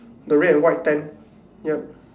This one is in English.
the red and white tent yup